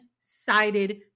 sided